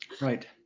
Right